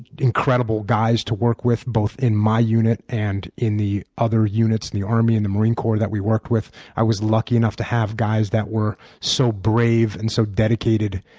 incredible guys to work with, both in my unit and in the other units in the army and the marine corps that we worked with. i was lucky enough to have guys who were so brave and so dedicated.